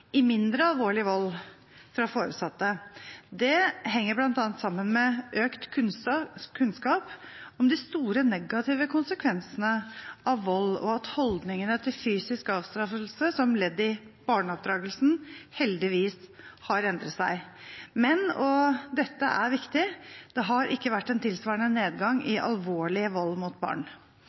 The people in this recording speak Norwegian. i mindre alvorlig vold fra foresatte. Dette henger bl.a. sammen med økt kunnskap om de store negative konsekvensene av vold og at holdningene til fysisk avstraffelse som ledd i barneoppdragelsen heldigvis har endret seg. Men – og dette er viktig – det har ikke vært en tilsvarende nedgang i alvorlig vold mot barn. Ifølge en forekomststudie om vold og overgrep mot barn